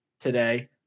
today